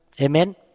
Amen